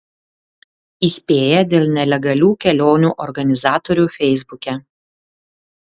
įspėja dėl nelegalių kelionių organizatorių feisbuke